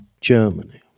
Germany